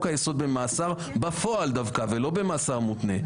היסוד במאסר בפועל דווקא ולא במאסר מותנה,